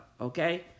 Okay